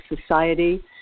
society